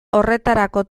horretarako